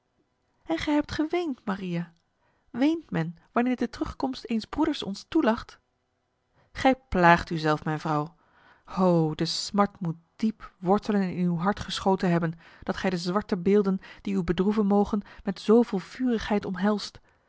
en gij hebt geweend maria weent men wanneer de terugkomst eens broeders ons toelacht gij plaagt uzelf mijn vrouw ho de smart moet diep wortelen in uw hart geschoten hebben dat gij de zwarte beelden die u bedroeven mogen met zoveel vurigheid omhelst